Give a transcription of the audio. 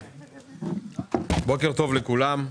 בוקר טוב לכולם,